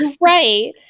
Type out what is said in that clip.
Right